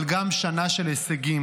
אבל גם שנה של הישגים,